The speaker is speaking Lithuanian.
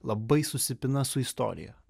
labai susipina su istorija